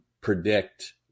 predict